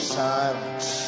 silence